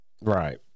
Right